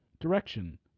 Direction